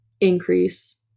increase